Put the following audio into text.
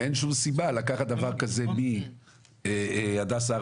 אין שום סיבה לקחת דבר כזה מהדסה הר